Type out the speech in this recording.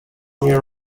near